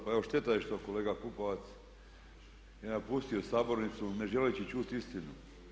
Pa evo šteta je što kolega Pupovac je napustio sabornicu ne želeći čut istinu.